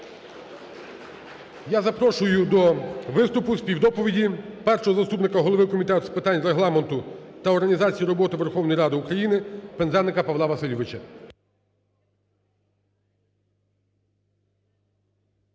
Я запрошую до виступу, співдоповіді першого заступника голови Комітету з питань регламенту та організації роботи Верховної Ради України Пинзеника Павла Васильовича.